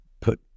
put